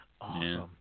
Awesome